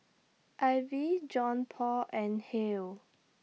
Ivey Johnpaul and Hill